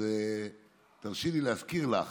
אז תרשי לי להזכיר לך